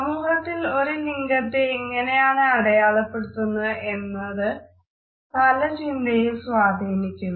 സമൂഹത്തിൽ ഒരു ലിംഗത്തെ എങ്ങനെയാണ് അടയാളപ്പെടുത്തുന്നത് എന്നത് സ്ഥല ചിന്തയെ സ്വാധീനിക്കുന്നു